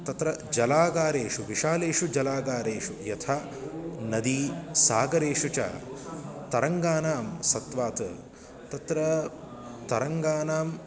तत्र जलागारेषु विशालेषु जलागारेषु यथा नदी सागरेषु च तरङ्गानां सत्वात् तत्र तरङ्गानाम्